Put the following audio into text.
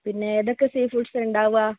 പിന്നെ ഏതൊക്കെ sea foods ഉണ്ടാവുക